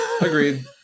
Agreed